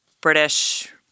British